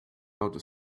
outer